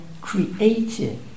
creative